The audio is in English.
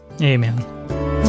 Amen